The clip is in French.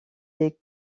des